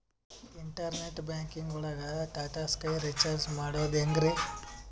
Internet banking ಒಳಗ್ Tata Sky recharge ಮಾಡದ್ ಹೆಂಗ್ರೀ?